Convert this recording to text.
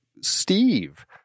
Steve